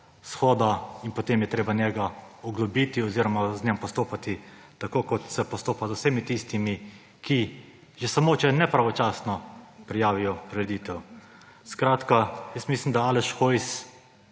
shoda. In potem je treba njega oglobiti oziroma z njim postopati tako, kot se postopa z vsemi tistimi, ki že samo, če nepravočasno prijavijo prireditev. Jaz mislim, da Aleš Hojs